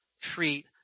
treat